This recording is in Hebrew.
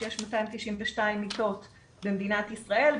שיש 292 מיטות במדינת ישראל,